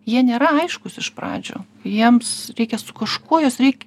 jie nėra aiškūs iš pradžių jiems reikia su kažkuo juos reik